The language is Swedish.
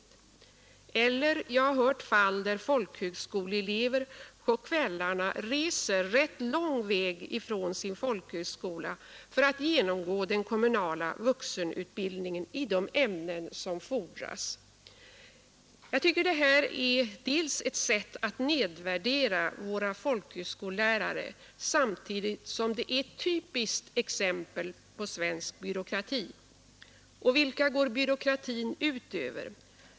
Jag har också hört talas om fall där folkhögskoleelever på kvällarna får resa lång väg från sin folkhögskola för att genomgå den kommunala vuxenutbildningen i de ämnen som fordras. Jag tycker detta är ett sätt att nedvärdera våra folkhögskolelärare samtidigt som det är ett typiskt exempel på svensk byråkrati. Och vilka går byråkratin ut över?